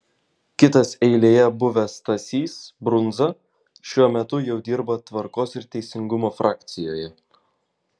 kitas eilėje buvęs stasys brundza šiuo metu jau dirba tvarkos ir teisingumo frakcijoje